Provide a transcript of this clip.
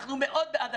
אנחנו מאוד בעד.